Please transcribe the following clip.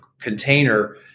container